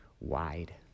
wide